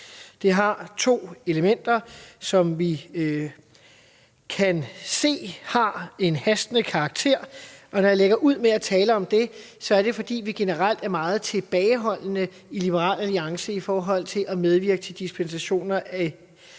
Det har to elementer, som vi kan se har hastende karakter. Når jeg lægger ud med at tale om det, er det, fordi vi generelt er meget tilbageholdende i Liberal Alliance med at medvirke til dispensationer, så der kan